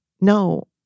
no